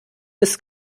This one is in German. ist